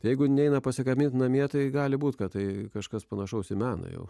jeigu neina pasigaminti namie tai gali būti kad tai kažkas panašaus į menui o